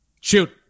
Shoot